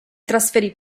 trasferì